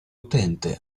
utente